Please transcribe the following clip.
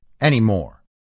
anymore